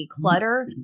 declutter